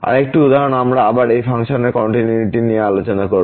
আরেকটি উদাহরণ আমরা আবার এই ফাংশনের কন্টিনিউইটি নিয়ে আলোচনা করব